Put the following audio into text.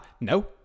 no